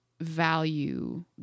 value